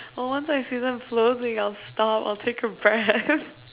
well once I see them float then I'll stop I'll take a breath